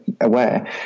aware